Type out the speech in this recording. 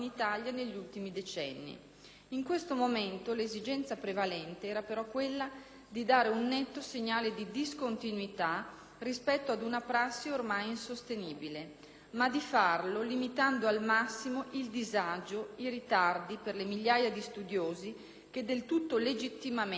In questo momento, l'esigenza prevalente era però quella di dare un netto segnale di discontinuità rispetto ad una prassi ormai insostenibile, ma di farlo limitando al massimo il disagio e i ritardi per le migliaia di studiosi che del tutto legittimamente attendono da tempo